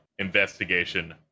investigation